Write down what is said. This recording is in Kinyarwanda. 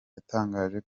yatangaje